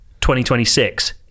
2026